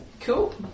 Cool